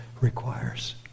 requires